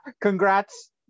Congrats